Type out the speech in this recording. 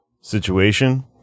situation